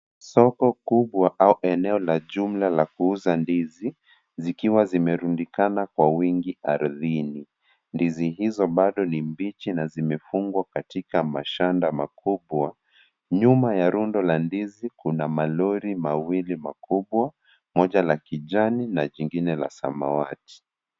Soko kubwa au eneo la jumla la kuuza ndizi zikiwa zimerundikana kwa wingi ardhini. Ndizi hizo bado ni mbichi na zimefungwa katika mashanda makubwa. Nyuma ya rundo la ndizi kuna malori mawili makubwa moja la kijani na jingine la samawati.